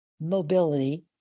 mobility